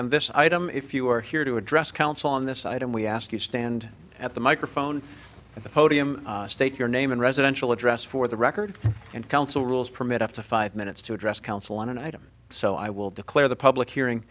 on this item if you are here to address counsel on this item we ask you stand at the microphone at the podium state your name and residential address for the record and counsel rules permit up to five minutes to address counsel on an item so i will declare the public hearing